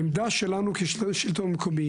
העמדה שלנו כשלטון מקומי